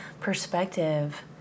perspective